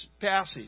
passage